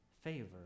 favor